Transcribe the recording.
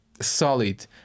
solid